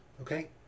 okay